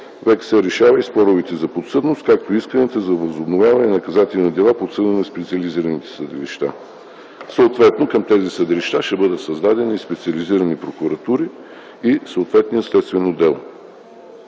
съд решава споровете за подсъдност, както и исканията за възобновяване на наказателни дела, подсъдни на специализираните съдилища. Съответно към тези съдилища ще бъдат създадени и специализирани прокуратури и съответният следствен отдел,